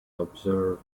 observed